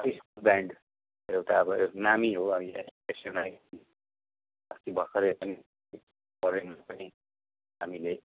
school band एउटा अब नामी हो एसयुएमाई अस्ति भर्खरै पनि फरेन पनि हामीले